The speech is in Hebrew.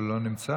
אבל הוא לא נמצא.